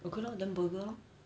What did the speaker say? okay lor then burger lor